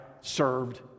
served